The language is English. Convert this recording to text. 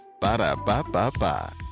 Ba-da-ba-ba-ba